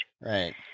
Right